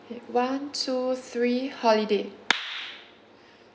okay one two three holiday